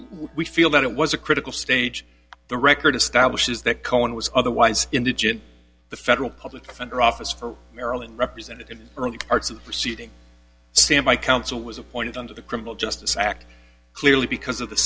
we feel that it was a critical stage the record establishes that cohen was otherwise indigent the federal public defender office for maryland represented in early parts of the proceeding standby counsel was appointed under the criminal justice act clearly because of the